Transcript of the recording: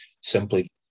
simply